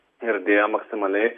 ir dėjo maksimaliai